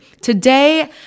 today